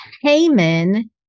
Haman